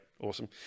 awesome